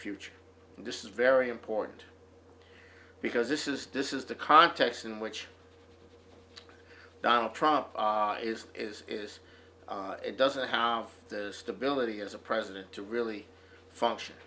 future and this is very important because this is this is the context in which donald trump is is is it does a house stability as a president to really function